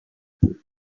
never